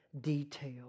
detail